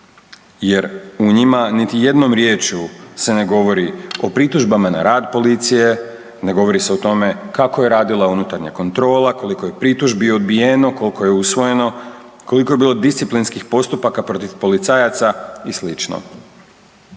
jer u njima niti jednom riječju se ne govori o pritužbama na rad policije, ne govori se o tome kako je radila unutarnja kontrola, koliko je pritužbi odbijeno, kolko je usvojeno, koliko je bilo disciplinskih postupaka protiv policajaca i